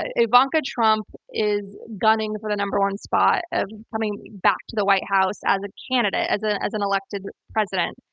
ah ivanka trump is gunning for the number one spot, of coming back to the white house as a candidate, as an as an elected president,